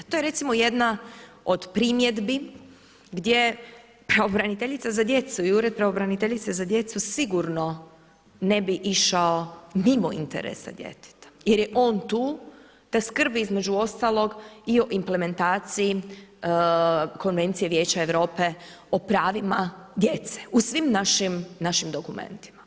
To je recimo jedna od primjedbi gdje pravobraniteljica za djecu i Ured pravobraniteljice za djecu sigurno ne bi išao mimo interesa djeteta jer je on te skrbi između ostalog i o implementaciji Konvencije Vijeća Europe o pravima djece u svim našim dokumentima.